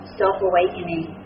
self-awakening